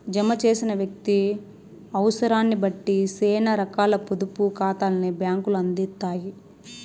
జమ చేసిన వ్యక్తి అవుసరాన్నిబట్టి సేనా రకాల పొదుపు కాతాల్ని బ్యాంకులు అందిత్తాయి